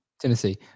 Tennessee